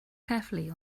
carefully